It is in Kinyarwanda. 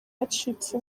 yacitse